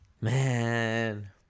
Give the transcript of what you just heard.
Man